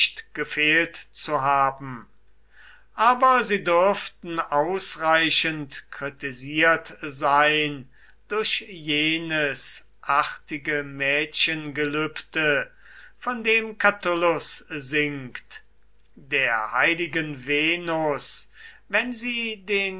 gefehlt zu haben aber sie dürften ausreichend kritisiert sein durch jenes artige mädchengelübde von dem catullus singt der heiligen venus wenn sie den